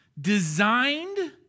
Designed